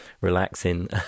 relaxing